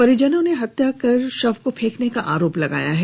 परिजनों ने हत्या कर शव को फेंकने का आरोप लगाया है